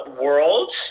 world